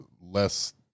less